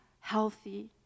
healthy